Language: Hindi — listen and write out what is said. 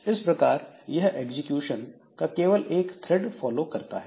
इस प्रकार यह एग्जीक्यूशन का केवल एक थ्रेड फॉलो करता है